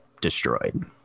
destroyed